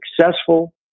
successful